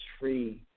free